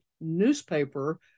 newspaper